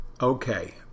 okay